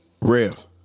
Rev